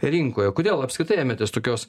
rinkoje kodėl apskritai ėmėtės tokios